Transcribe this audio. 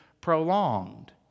prolonged